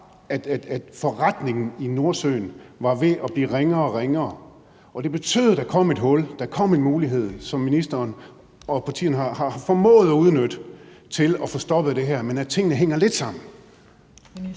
at forretningen i Nordsøen var ved at blive ringere og ringere, og at det betød, at der kom et hul, at der kom en mulighed, som ministeren og partierne har formået at udnytte til at få stoppet det her, men at tingene hænger lidt sammen?